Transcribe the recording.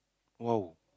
!wow!